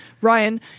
Ryan